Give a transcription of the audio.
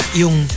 yung